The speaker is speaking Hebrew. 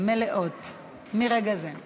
הנושא יועבר לדיון בוועדת העבודה,